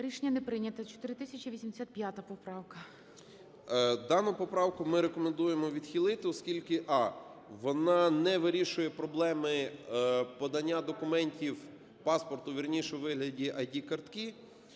Рішення не прийнято. 4085 поправка. 16:55:59 СИДОРОВИЧ Р.М. Дану поправку ми рекомендуємо відхилити, оскільки: а) вона не вирішує проблеми подання документів, паспорту вірніше, у вигляді ID-картки;